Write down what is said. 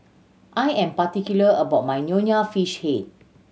I am particular about my Nonya Fish Head